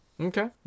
Okay